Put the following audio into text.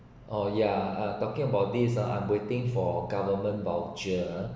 oh ya talking about this I'm waiting for government voucher